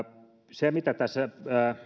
se mitä tässä